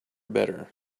better